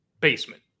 basement